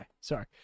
sorry